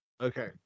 Okay